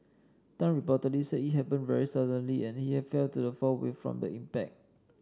Tan reportedly said it happened very suddenly and he had fell to the floor from the impact